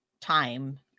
time